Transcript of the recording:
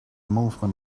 movement